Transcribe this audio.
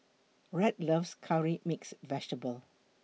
Rhett loves Curry Mixed Vegetable